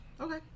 Okay